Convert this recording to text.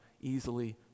easily